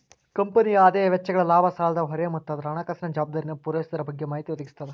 ಕಂಪನಿಯ ಆದಾಯ ವೆಚ್ಚಗಳ ಲಾಭ ಸಾಲದ ಹೊರೆ ಮತ್ತ ಅದರ ಹಣಕಾಸಿನ ಜವಾಬ್ದಾರಿಯನ್ನ ಪೂರೈಸೊದರ ಬಗ್ಗೆ ಮಾಹಿತಿ ಒದಗಿಸ್ತದ